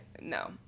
No